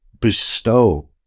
bestow